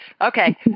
Okay